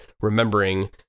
remembering